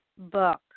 book